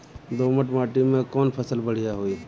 दोमट माटी में कौन फसल बढ़ीया होई?